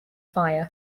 fire